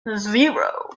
zero